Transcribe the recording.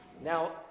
Now